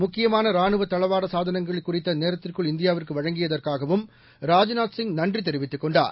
முக்கியமான ரானுவ தளவாட சாதனங்களை குறித்த நேரத்திற்குள் இந்தியாவிற்கு வழங்கியதற்காகவும் ராஜ்நாத் சிங் நன்றிதெரிவித்துக் கெர்ணடார்